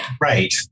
Right